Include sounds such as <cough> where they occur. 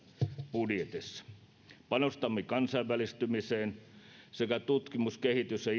budjetissa panostamme kansainvälistymiseen sekä tutkimus kehitys ja <unintelligible>